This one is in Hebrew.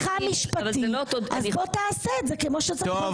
כשסוף סוף עושים הפיכה משפטית, בוא טפל בדברים.